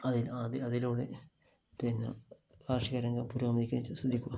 അതിൽ അതിലൂടെ പിന്നെ കാർഷികരംഗം പുരോഗമിക്കുന്നതിനെക്കുറിച്ച് ചിന്തിക്കുക